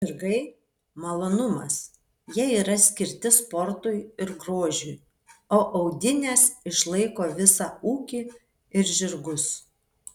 žirgai malonumas jie yra skirti sportui ir grožiui o audinės išlaiko visą ūkį ir žirgus